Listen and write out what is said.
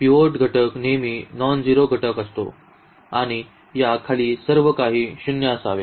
याला पिव्होट घटक म्हणतात आणि पिव्होट घटक नेहमी नॉनझिरो घटक असतो आणि या खाली सर्व काही शून्य असावे